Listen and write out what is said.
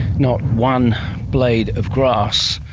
not one blade of grass,